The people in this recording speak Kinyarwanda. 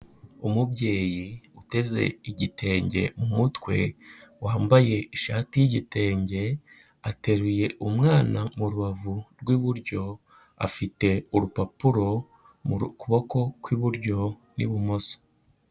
Umubyeyi uteze igitenge mu mutwe wambaye ishati y'igitenge, ateruye umwana mu rubavu rw'iburyo, afite urupapuro mu kuboko ku iburyo n'ibumoso.